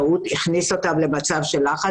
חוסר הוודאות הכניס אותם למצב של לחץ